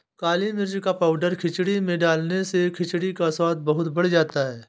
काली मिर्च का पाउडर खिचड़ी में डालने से खिचड़ी का स्वाद बहुत बढ़ जाता है